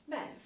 Beh